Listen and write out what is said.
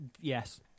Yes